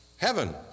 heaven